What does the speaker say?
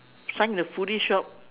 sign the foody shop